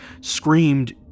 screamed